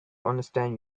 understand